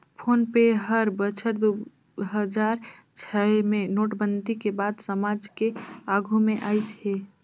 phone पे हर बछर दू हजार छै मे नोटबंदी के बाद समाज के आघू मे आइस हे